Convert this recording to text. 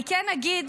אני כן אגיד,